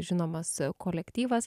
žinomas kolektyvas